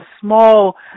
small